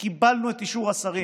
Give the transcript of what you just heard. וקיבלנו את אישור השרים,